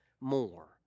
more